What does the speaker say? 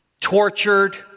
tortured